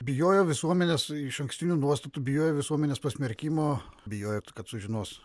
bijojo visuomenės išankstinių nuostatų bijojo visuomenės pasmerkimo bijojo kad sužinos